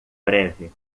breve